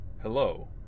Hello